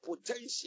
potential